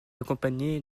accompagné